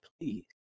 please